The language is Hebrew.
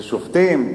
לשופטים,